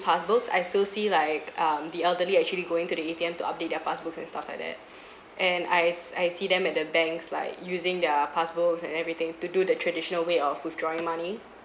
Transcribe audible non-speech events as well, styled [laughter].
passbooks I still see like um the elderly actually going to the A_T_M to update their passbooks and stuff like that [breath] and I s~ I see them at the banks like using their passbooks and everything to do the traditional way of withdrawing money